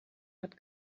hat